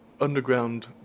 underground